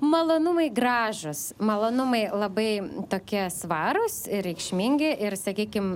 malonumai gražūs malonumai labai tokie svarūs ir reikšmingi ir sakykim